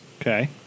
Okay